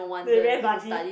they very buddy